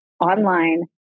online